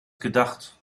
gedacht